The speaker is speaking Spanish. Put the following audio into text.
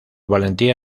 valentía